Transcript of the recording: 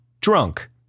drunk